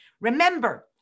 remember